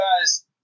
guys